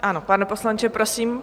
Ano, pane poslanče, prosím.